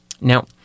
Now